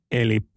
eli